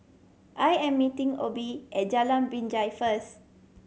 I am meeting Obe at Jalan Binjai first